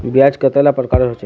ब्याज कतेला प्रकारेर होचे?